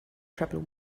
trouble